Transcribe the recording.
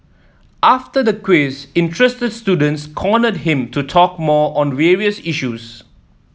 after the quiz interested students cornered him to talk more on various issues